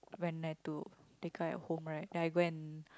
one night to take out at home right then I go and